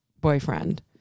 boyfriend